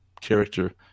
character